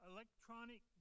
Electronic